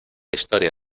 historia